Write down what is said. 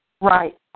Right